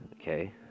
okay